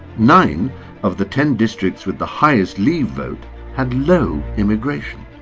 nine of the ten districts with the highest leave vote had low immigration.